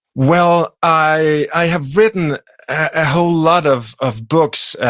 well, i i have written a whole lot of of books,